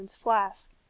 FLASK